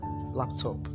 laptop